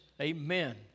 Amen